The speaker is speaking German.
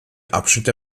abschnitte